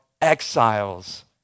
exiles